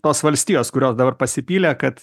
tos valstijos kurios dabar pasipylė kad